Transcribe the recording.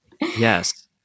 Yes